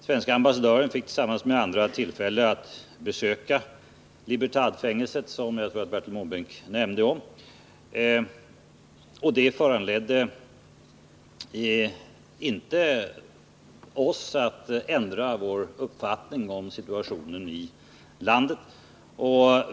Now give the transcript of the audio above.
Som Bertil Måbrink nämnde fick den svenske ambassadören tillfälle att tillsammans med andra besöka Libertadfängelset. Det föranledde inte oss att ändra vår uppfattning om situationen i landet.